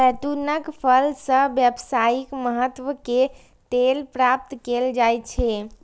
जैतूनक फल सं व्यावसायिक महत्व के तेल प्राप्त कैल जाइ छै